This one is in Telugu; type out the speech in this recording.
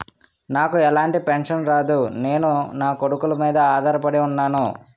నాకు ఎలాంటి పెన్షన్ రాదు నేను నాకొడుకుల మీద ఆధార్ పడి ఉన్నాను